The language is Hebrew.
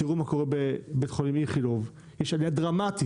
תראו מה קורה בבית חולים איכילוב יש עלייה דרמטית